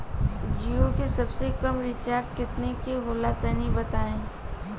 जीओ के सबसे कम रिचार्ज केतना के होला तनि बताई?